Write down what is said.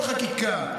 כל חקיקה,